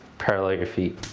parallel your feet.